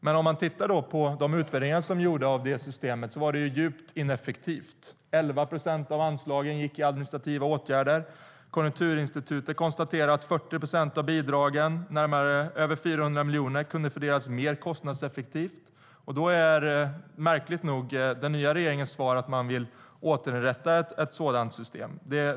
Men om man tittar på de utvärderingar som gjorts av det systemet ser man att det var djupt ineffektivt - 11 procent av anslagen gick åt till administrativa åtgärder. Konjunkturinstitutet konstaterar att 40 procent av bidragen, över 400 miljoner, kunde fördelas mer kostnadseffektivt. Den nya regeringens svar är märkligt nog att man vill återinrätta ett sådant system.